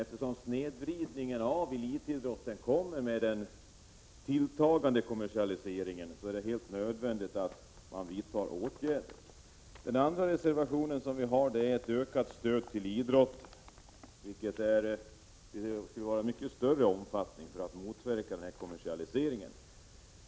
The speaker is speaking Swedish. Då snedvridningen av elitidrotten kommer med den tilltagande kommersialiseringen är det helt nödvändigt att vidta åtgärder. Vår andra reservation gäller ett ökat stöd till idrotten. Stödet borde vara av mycket större omfattning än nu för att motverka kommersialiseringen.